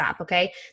okay